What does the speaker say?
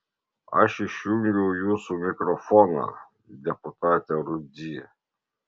aš išjungiau jūsų mikrofoną deputate rudzy